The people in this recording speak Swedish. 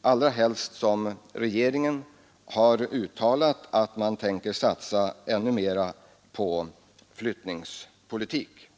allra helst som regeringen har uttalat att man tänker satsa ännu mera på flyttningspolitik.